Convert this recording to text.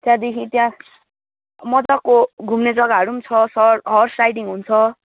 त्यहाँदेखि त्यहाँ मजाको घुम्ने जग्गाहरू पनि छ सर हर्स राइडिङ हुन्छ